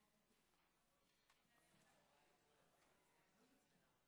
12 בנובמבר 2018. אני מתכבד לפתוח את ישיבת הכנסת.